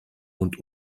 und